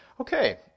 Okay